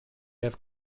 have